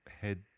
head